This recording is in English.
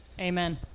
Amen